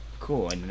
cool